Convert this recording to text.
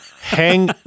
hang